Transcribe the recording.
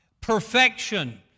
Perfection